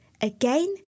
Again